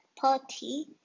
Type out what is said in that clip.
party